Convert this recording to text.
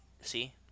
See